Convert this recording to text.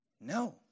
No